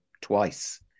twice